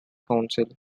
council